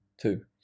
two